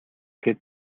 гээд